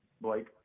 Blake